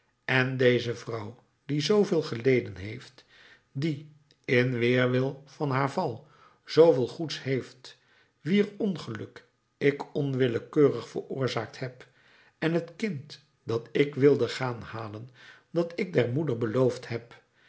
en deze vrouw die zooveel geleden heeft die in weerwil van haar val zooveel goeds heeft wier ongeluk ik onwillekeurig veroorzaakt heb en t kind dat ik wilde gaan halen dat ik der moeder beloofd heb